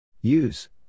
Use